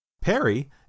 Perry